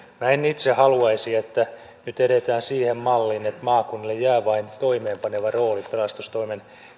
minä en itse haluaisi että nyt edetään siihen malliin että maakunnille jää vain toimeenpaneva rooli pelastustoimen